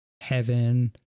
heaven